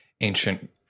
ancient